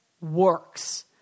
works